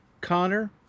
Connor